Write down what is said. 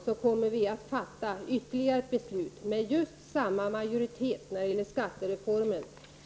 Det kommer i morgon att med samma majoritet fattas ett beslut om en skattereform som också den kommer att bli negativ för landsbygdsbefolkningen.